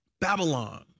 Babylon